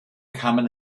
kamen